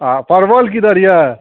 आओर परवल की दर अइ